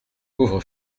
pauvre